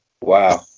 Wow